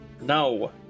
No